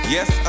Yes